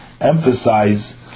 emphasize